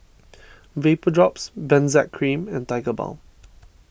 Vapodrops Benzac Cream and Tigerbalm